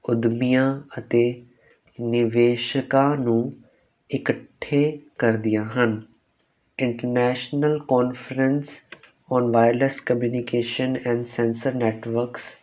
ਉੱਦਮੀਆਂ ਅਤੇ ਨਿਵੇਸ਼ਕਾਂ ਨੂੰ ਇਕੱਠੇ ਕਰਦੀਆਂ ਹਨ international conference on wireless communication and sensor networks